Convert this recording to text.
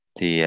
Thì